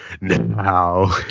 now